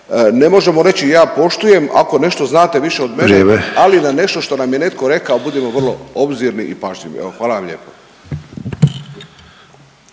Ne možemo reći ja poštujem ako nešto znate više od mene …/Upadica: Vrijeme./… ali na nešto što nam je netko rekao budimo vrlo obzirni i pažljivi. Evo, hvala vam lijepo.